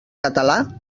català